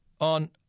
on